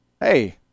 hey